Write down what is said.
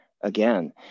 again